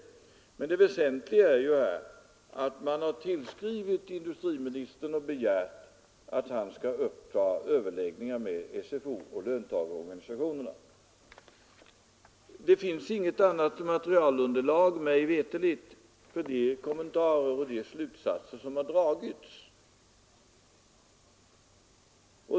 Men det väsentliga är ju att man tillskrivit industriministern och begärt att han skall uppta överläggningar med SFO och löntagarorganisationerna. Det finns inget annat faktaunderlag mig veterligt för de kommentarer som gjorts och för de slutsatser som dragits.